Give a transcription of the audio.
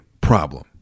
problem